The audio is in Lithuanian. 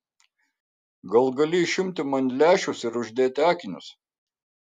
gal gali išimti man lęšius ir uždėti akinius